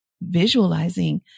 visualizing